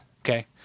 okay